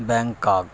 Bangkok